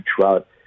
Trout